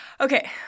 Okay